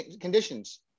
conditions